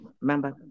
Remember